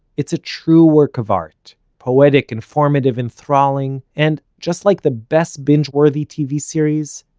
it's a true work of art poetic, informative, enthralling and just like the best binge-worthy tv series,